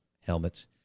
helmets